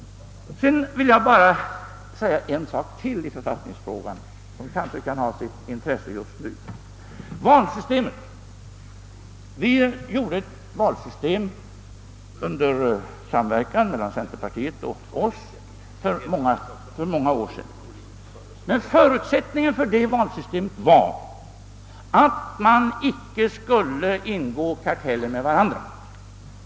Jag vill i författningsfrågan bara tilllägga en sak som kanske kan ha sitt intresse just nu. Det gäller valsystemet. Vi skapade ett valsystem i samverkan med centerpartiet för många år sedan, och förutsättningen för detta valsystem var att partierna inte skulle ingå i kartell med varandra.